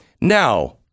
Now